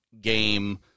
game